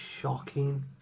shocking